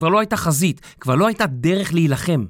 כבר לא הייתה חזית, כבר לא הייתה דרך להילחם